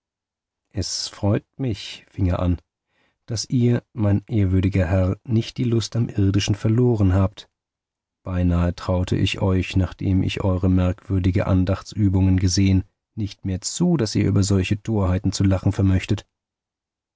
es freut mich fing er an daß ihr mein ehrwürdiger herr nicht die lust am irdischen verloren habt beinahe traute ich euch nachdem ich eure merkwürdige andachtsübungen gesehen nicht mehr zu daß ihr über solche torheiten zu lachen vermöchtet